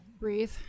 breathe